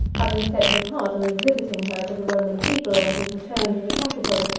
having set his heart on exhibiting her to the roman people, on his return to the capital,